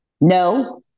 No